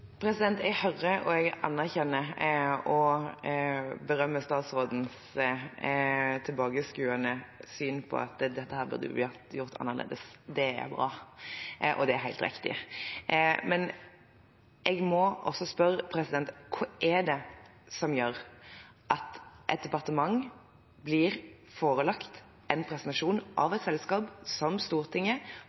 Jeg hører og jeg anerkjenner og berømmer statsrådens tilbakeskuende syn på at dette burde vi ha gjort annerledes. Det er bra, og det er helt riktig. Men jeg må også spørre: Et departement blir forelagt en presentasjon av et selskap som Stortinget